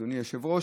אדוני היושב-ראש,